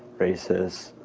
racists.